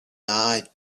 night